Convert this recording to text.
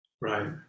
Right